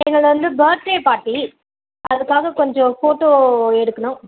எங்களுது வந்து birthday party அதுக்காக கொஞ்சம் ஃபோட்டோ எடுக்கணும்